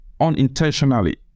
unintentionally